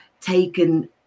taken